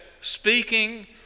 speaking